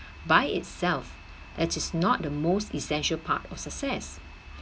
by itself as it's not the essential part of success